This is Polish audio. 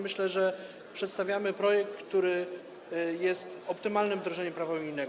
Myślę, że przedstawiamy projekt, który jest optymalnym wdrożeniem prawa unijnego.